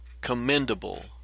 commendable